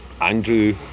Andrew